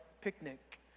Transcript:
picnic